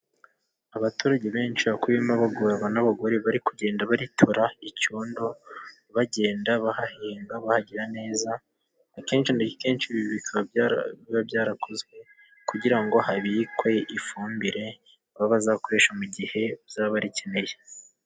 Abaturage benshi bakuyemo abagororwa n'abagore bari kugenda baritura icyondo, bagenda bahahinga bahagira neza. Akenshi na kenshi ibi bikaba biba byarakozwe kugira ngo habikwe ifumbire baba bazakoresha mu gihe bazaba barikeneye.